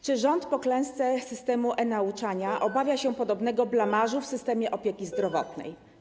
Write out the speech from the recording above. Czy rząd po klęsce systemu e-nauczania obawia się ponownego blamażu w systemie opieki zdrowotnej?